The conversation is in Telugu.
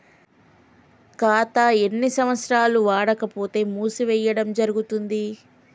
ఖాతా ఎన్ని సంవత్సరాలు వాడకపోతే మూసివేయడం జరుగుతుంది?